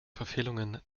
verfehlungen